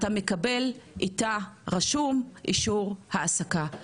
אתה מקבל איתה רשום אישור העסקה,